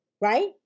right